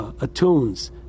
atones